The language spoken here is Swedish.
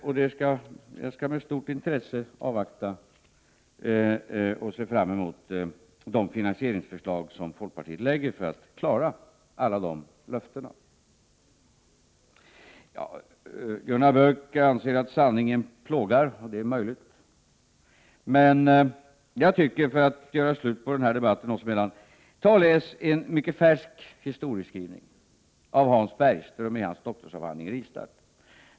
Jag skall med stort intresse avvakta och se fram emot de finansieringsförslag som folkpartiet lägger fram för att klara av alla dessa löften. Gunnar Björk anser att sanningen plågar, och det är möjligt. Men jag tycker, för att göra slut på denna debatt oss emellan, att Gunnar Björk skall läsa en mycket färsk historieskrivning av Hans Bergström i hans doktorsavhandling.